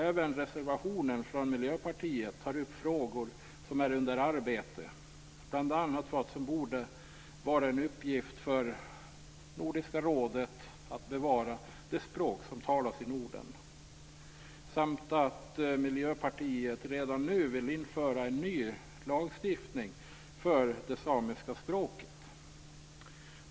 Även reservationen från Miljöpartiet tar upp frågor som är under arbete, bl.a. att det borde vara en uppgift för Nordiska rådet att bevara de språk som talas i Norden, samt att Miljöpartiet redan nu vill införa en ny lagstiftning för det samiska språket.